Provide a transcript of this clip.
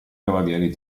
cavalieri